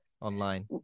online